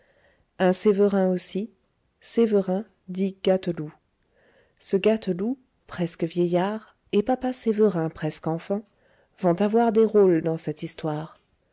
un sévérin aussi sévérin dit gâteloup ce gâteloup presque vieillard et papa sévérin presque enfant vont avoir des rôles dans cette histoire